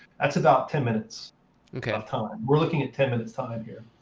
that's about ten minutes of time. we're looking at ten minutes' time here.